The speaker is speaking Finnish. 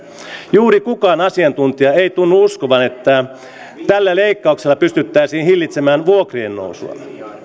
juuri kukaan asiantuntija ei tunnu uskovan että tällä leikkauksella pystyttäisiin hillitsemään vuokrien nousua